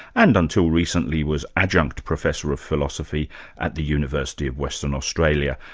and until recently was adjunct professor of philosophy at the university of western australia.